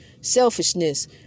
Selfishness